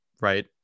Right